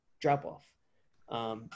drop-off